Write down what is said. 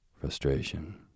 Frustration